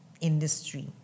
industry